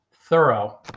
thorough